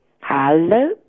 Hello